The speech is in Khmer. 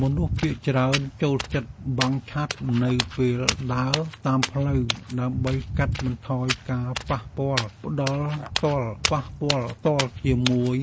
មនុស្សភាគច្រើនចូលចិត្តបាំងឆ័ត្រនៅពេលដើរតាមផ្លូវដើម្បីកាត់បន្ថយការប៉ះពាល់ផ្ទាល់ជាមួយ